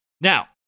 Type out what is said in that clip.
Now